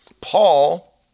Paul